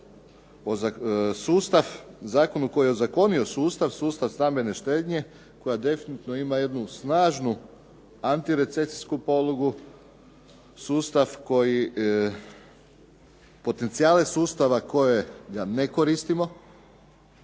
zakon koji je ozakonio sustav, sustav stambene štednje koja definitivno ima jednu snažnu, antirecesijsku podlogu, sustav koji potencijale sustava koje ne koristimo,